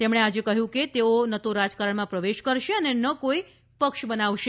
તેમણે આજે કહ્યું હતું કે તેઓ ન તો રાજકારણમાં પ્રવેશ કરશે અને ન કોઈ પક્ષ બનાવશે